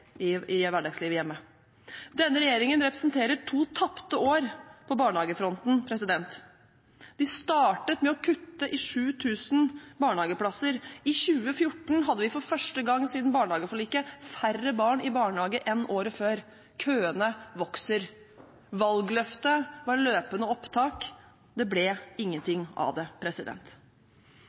i hverdagslivet hjemme. Denne regjeringen representerer to tapte år på barnehagefronten. De startet med å kutte i 7 000 barnehageplasser. I 2014 hadde vi for første gang siden barnehageforliket færre barn i barnehage enn året før. Køene vokser. Valgløftet var løpende opptak – det ble